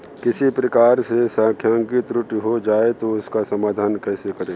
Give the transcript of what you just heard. किसी प्रकार से सांख्यिकी त्रुटि हो जाए तो उसका समाधान कैसे करें?